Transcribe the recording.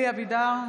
(קוראת בשמות חברי הכנסת) אלי אבידר,